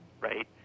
right